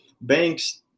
banks